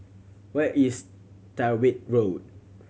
where is Tyrwhitt Road